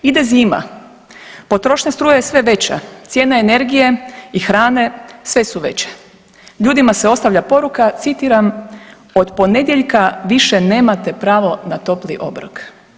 Ide zima potrošnja struje je sve veća, cijena energije i hrane sve su veće, ljudima se ostavlja poruka citiram „Od ponedjeljka više nemate pravo na topli obrok“